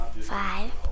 Five